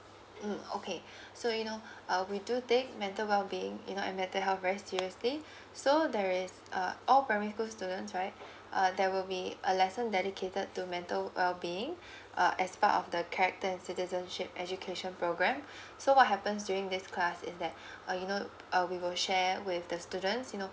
mm okay so you know uh we do take mental well being you know uh mental health very seriously so there is uh all primary school students right uh there will be a lesson dedicated to mental well being uh as part of the character and citizenship education program so what happens during this class is that uh you know uh we will share with the students you know